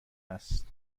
هست